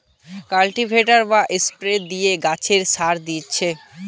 cultivator বা spray দিয়ে গাছে সার দিচ্ছি